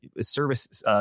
service